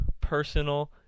personal